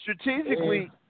Strategically